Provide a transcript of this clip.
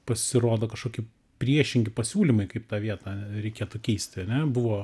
pasirodo kažkoki priešingi pasiūlymai kaip tą vietą reikėtų keisti ane buvo